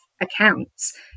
accounts